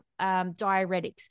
diuretics